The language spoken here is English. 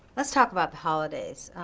let's talk about the holidays.